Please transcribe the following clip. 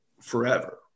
forever